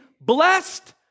blessed